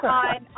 on